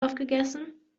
aufgegessen